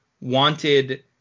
wanted